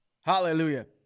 Hallelujah